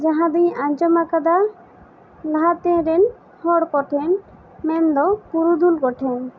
ᱡᱟᱦᱟᱸ ᱫᱚᱹᱧ ᱟᱸᱡᱚᱢ ᱟᱠᱟᱫᱟ ᱞᱟᱦᱟᱛᱮ ᱨᱮᱱ ᱦᱚᱲ ᱠᱚ ᱴᱷᱮᱱ ᱢᱮᱱ ᱫᱚ ᱯᱩᱨᱩᱫᱷᱩᱞ ᱠᱚᱴᱷᱮᱱ